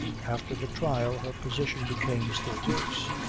after the trial her position became still worse.